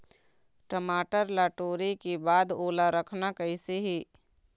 टमाटर ला टोरे के बाद ओला रखना कइसे हे?